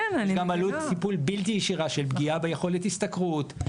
יש גם עלות טיפול בלתי ישירה של פגיעה ביכולת השתכרות,